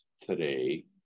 today